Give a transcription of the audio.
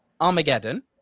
Armageddon